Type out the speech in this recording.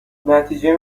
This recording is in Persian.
نتیجه